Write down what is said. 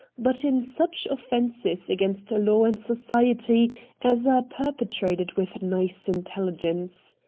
but in such offences against law and society as are perpetrated with nice intelligence.